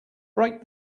break